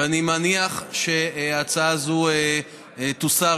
ואני מניח שההצעה הזאת תוסר,